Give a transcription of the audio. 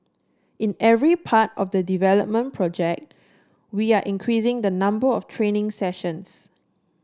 in every part of the development project we are increasing the number of training sessions